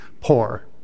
poor